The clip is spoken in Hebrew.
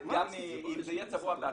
הבהרות אחרונות לפני הצבעה.